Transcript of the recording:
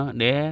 de